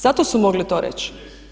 Zato su mogli to reći.